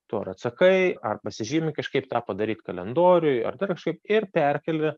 tu ar atsakai ar pasižymi kažkaip tą padaryt kalendoriuj ar dar kažkaip ir perkelti